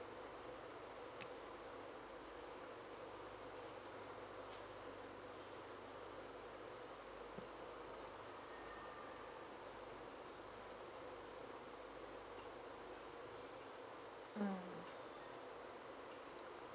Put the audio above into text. mm